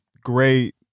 great